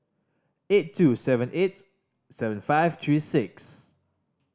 eight two seven eight seven five three six